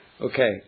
Okay